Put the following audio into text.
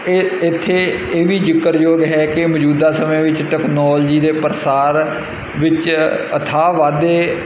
ਇਹ ਇੱਥੇ ਇਹ ਵੀ ਜ਼ਿਕਰਯੋਗ ਹੈ ਕਿ ਮੌਜੂਦਾ ਸਮੇਂ ਵਿੱਚ ਟੈਕਨੋਲਜੀ ਦੇ ਪ੍ਰਸਾਰ ਵਿੱਚ ਅਥਾਹ ਵਾਧੇ